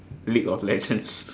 league-of-legends